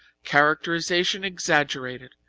characterization exaggerated.